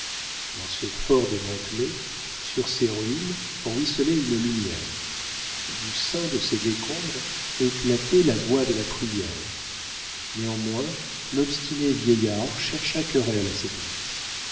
dans ce fort démantelé sur ces ruines ruisselait une lumière du sein de ces décombres éclatait la voix de la prière néanmoins l'obstiné vieillard chercha querelle à ses doutes